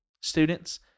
students